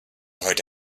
heute